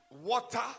Water